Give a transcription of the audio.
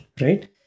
right